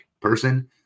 person